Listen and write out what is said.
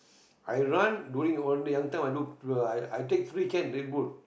I run doing onl~ I took I take three can Redbull